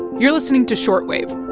you're listening to short wave